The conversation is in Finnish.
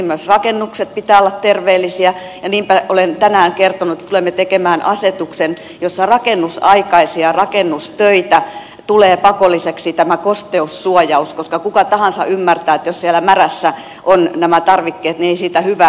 myös rakennusten pitää olla terveellisiä ja niinpä olen tänään kertonut että tulemme tekemään asetuksen jossa rakennusaikaisissa rakennustöissä tulee pakolliseksi tämä kosteussuojaus koska kuka tahansa ymmärtää että jos siellä märässä ovat nämä tarvikkeet niin ei siitä hyvää synny